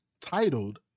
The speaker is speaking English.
titled